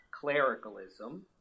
clericalism